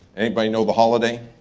anybody know the holiday?